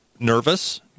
Nervous